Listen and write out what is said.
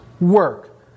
work